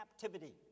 captivity